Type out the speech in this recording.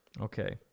okay